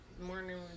morning